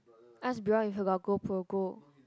ask Bion if he got go pro go